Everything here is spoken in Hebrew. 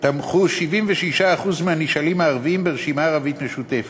תמכו 76% מהנשאלים הערבים ברשימה ערבית משותפת,